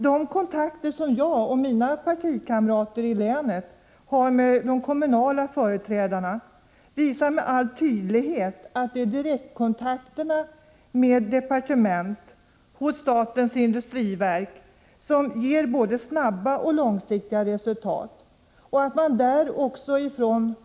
De kontakter som jag och mina partikamrater i länet har med de kommunala företrädarna visar med all tydlighet att det är direktkontakterna med departement och statens industriverk som ger både snabba och långsiktiga resultat.